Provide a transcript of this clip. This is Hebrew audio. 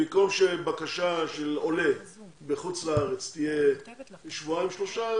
במקום שבקשה של עולה בחו"ל תהיה לשבועיים-שלושה,